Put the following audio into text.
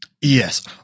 Yes